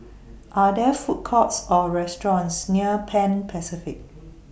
Are There Food Courts Or restaurants near Pan Pacific